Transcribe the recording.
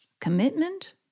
Commitment